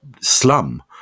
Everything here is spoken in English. slum